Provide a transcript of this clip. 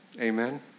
Amen